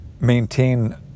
maintain